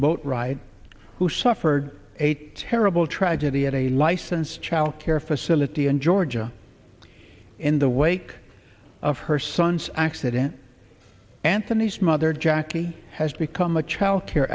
boat ride who suffered a terrible tragedy at a license childcare facility in georgia in the wake of her son's accident anthony's mother jackie has become a child care